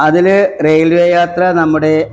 അതിൽ റെയിൽവേ യാത്ര നമ്മുടേ